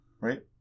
right